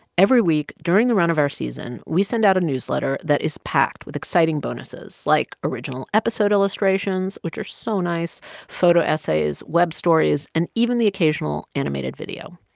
every week, during the run of our season, we send out a newsletter that is packed with exciting bonuses like original episode illustrations which are so nice photo essays, web stories and even the occasional animated video.